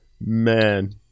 Man